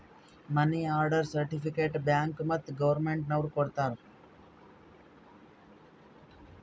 ಮನಿ order certificate bank ಮತ್ತ್ government ನವ್ರು ಕೊಡ್ತಾರ